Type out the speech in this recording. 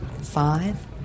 five